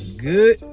good